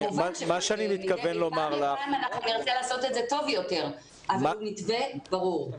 כמובן שנרצה לעשות את זה טוב יותר אבל המתווה ברור.